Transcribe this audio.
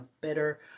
better